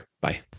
Bye